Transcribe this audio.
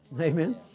Amen